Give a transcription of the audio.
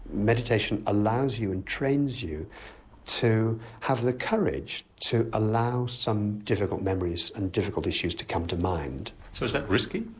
meditation allows you and trains you to have the courage to allow some difficult memories and difficult issues to come to mind. so is that risky?